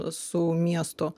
su miesto